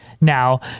now